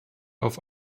auf